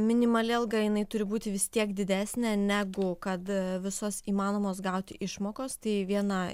minimali alga jinai turi būti vis tiek didesnė negu kad visos įmanomos gauti išmokos tai viena